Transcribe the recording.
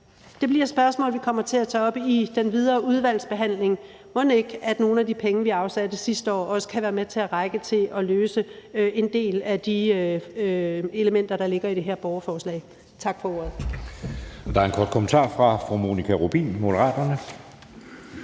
det bliver et spørgsmål, vi kommer til at tage op i den videre udvalgsbehandling. Mon ikke nogle af de penge, vi aftalte sidste år, kan være med til og rækker til at løse en del af de elementer, der ligger i det her borgerforslag? Tak for ordet.